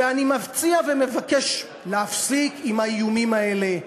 אני מציע ומבקש להפסיק עם האיומים האלה,